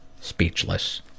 speechless